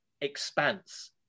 expanse